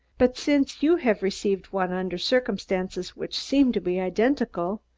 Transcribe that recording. but since you have received one under circumstances which seem to be identical,